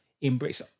embrace